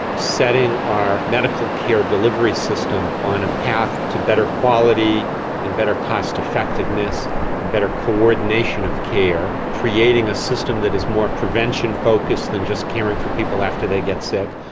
setting our medical care delivery system on a path to better quality and better cost effectiveness and better coordination of care, creating a system that is more prevention focused than just caring for people after they get sick,